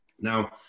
Now